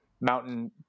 mountain